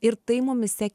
ir tai mumyse